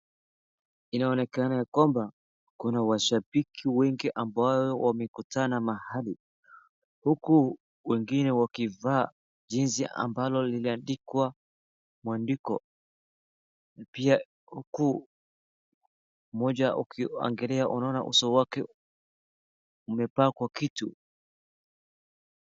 Inaonekana ya kwamba kuna washabiki wengi ambayo wamekutana mahali huku wengine wakivaa jezi ambalo liimeandikwa mwandiko. Pia huku mmoja ukiangalia unaona uso wake umepakwa kitu.